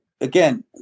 again